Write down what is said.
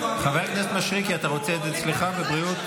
הכנסת מישרקי, אתה רוצה את זה אצלך בבריאות?